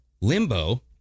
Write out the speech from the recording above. Limbo